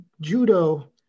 judo